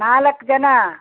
ನಾಲ್ಕು ಜನ